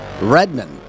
Redman